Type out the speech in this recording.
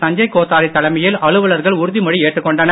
சஞ்சய் கோத்தாரி தலைமையில் அலுவலர்கள் உறுதிமொழி ஏற்றுக் கொண்டனர்